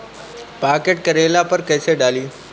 Pocket करेला पर कैसे डाली?